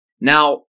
Now